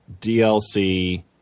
DLC